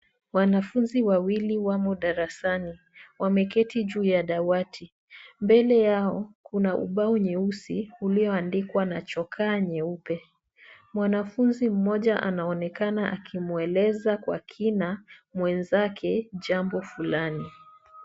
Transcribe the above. Wanafunzi wawili wamo darasani wameketi juu ya dawati. Mbele yao, kuna ubao nyeusi ulioandikwa na chokaa nyeupe. Mwanafunzi mmoja anaonekana akimweleza kwa kina, mwenzake jambo fulani.